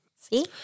See